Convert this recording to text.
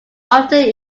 often